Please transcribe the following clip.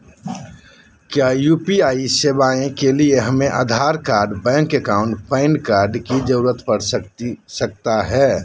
क्या यू.पी.आई सेवाएं के लिए हमें Aadhaar card bank account PAN card की जरूरत पड़ सकता है?